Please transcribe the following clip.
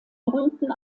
berühmten